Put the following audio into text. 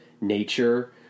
nature